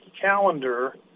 calendar